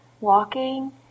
walking